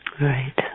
Right